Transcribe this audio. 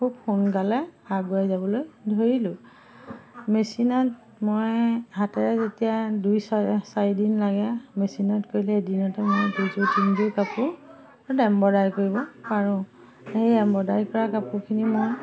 খুব সোনকালে আগুৱাই যাবলৈ ধৰিলোঁ মেচিনত মই হাতেৰে যেতিয়া দুই চাৰে চাৰিদিন লাগে মেচিনত কৰিলে এদিনতে মই দুযোৰ তিনিযোৰ কাপোৰ এম্বদাৰি কৰিব পাৰোঁ সেই এম্বদাৰি কৰা কাপোৰখিনি মই